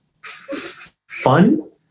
fun